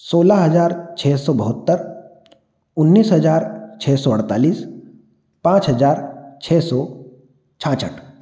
सोलह हजार छ सौ बहत्तर उन्नीस हजार छ सौ अड़तालीस पाँच हजार छ सौ छाछठ